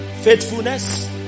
Faithfulness